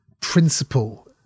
principle